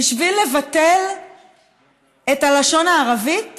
בשביל לבטל את הלשון הערבית